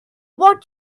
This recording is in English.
what